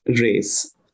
race